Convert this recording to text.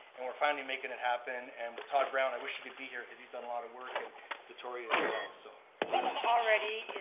and we're finally makin' it happen. and with todd brown, i wish he could be here, cause he's done a lot of work, and victoria well. so so already,